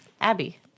Abby